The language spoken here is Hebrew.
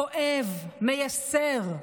כואב, מייסר,